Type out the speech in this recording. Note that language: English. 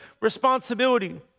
responsibility